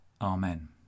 Amen